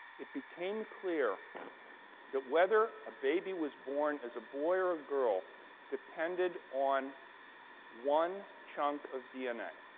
it became clear that whether a baby was born as a boy or a girl depended on one chunk of dna.